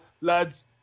lads